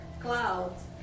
clouds